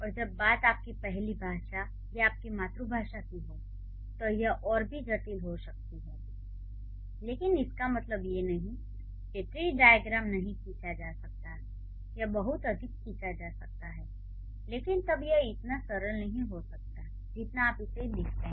और जब बात आपकी पहली भाषा या आपकी मातृभाषा की हो तो यह और भी जटिल हो सकती है लेकिन इसका मतलब यह नहीं है कि ट्री डाइअग्रैम नहीं खींचा जा सकता है यह बहुत अधिक खींचा जा सकता है लेकिन तब यह इतना सरल नहीं हो सकता जितना आप इसे यहाँ देखते हैं